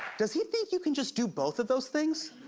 does he think you can just do both of those things?